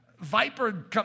Viper